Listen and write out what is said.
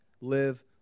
live